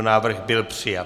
Návrh byl přijat.